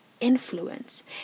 influence